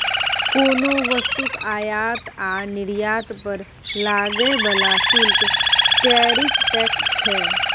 कोनो वस्तुक आयात आ निर्यात पर लागय बला शुल्क टैरिफ टैक्स छै